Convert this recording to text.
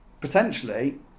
potentially